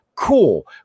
cool